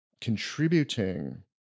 contributing